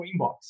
inbox